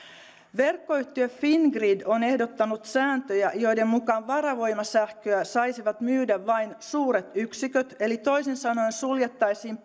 verkkoyhtiö fingrid on ehdottanut sääntöjä joiden mukaan varavoimasähköä saisivat myydä vain suuret yksiköt eli toisin sanoen suljettaisiin